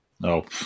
No